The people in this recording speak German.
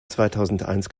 zweitausendeins